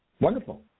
Wonderful